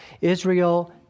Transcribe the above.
Israel